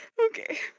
Okay